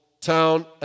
town